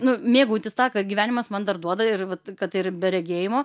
nu mėgautis tą ką gyvenimas man dar duoda ir vat kad ir be regėjimo